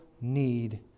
need